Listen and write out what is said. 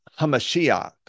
HaMashiach